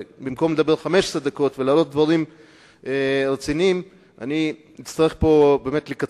במקום לדבר 15 דקות ולהעלות דברים רציניים אני אצטרך פה באמת לקצץ.